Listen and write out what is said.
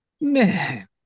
Man